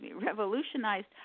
revolutionized